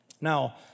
Now